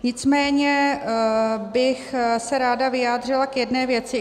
Nicméně bych se ráda vyjádřila k jedné věci.